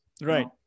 Right